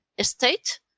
state